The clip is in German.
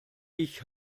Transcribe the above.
ich